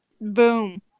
Boom